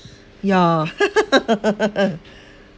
yeah